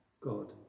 God